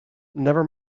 never